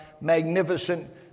magnificent